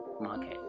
market